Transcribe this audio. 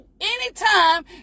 anytime